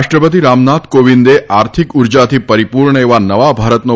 રાષ્ટ્રપતિ રામનાથ કોવિંદે આર્થિક ર્જાથી પરીપૂર્ણ એવા નવા ભારતનો